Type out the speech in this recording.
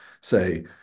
say